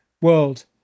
world